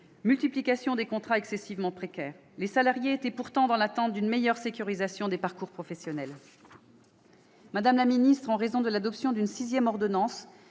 multiplication des contrats excessivement précaires. Les salariés étaient pourtant dans l'attente d'une meilleure sécurisation des parcours professionnels. Madame la ministre, en raison de l'adoption d'une sixième ordonnance